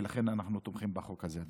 לכן אנחנו תומכים בחוק הזה.